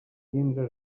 quinze